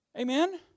Amen